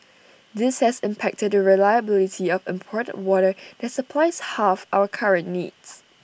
this has impacted the reliability of imported water that supplies half our current needs